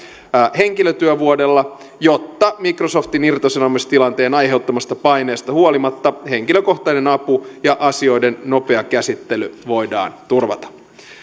henkilötyövuodella jotta microsoftin irtisanomistilanteen aiheuttamasta paineesta huolimatta henkilökohtainen apu ja asioiden nopea käsittely voidaan turvata